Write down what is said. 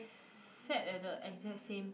sat as the exact same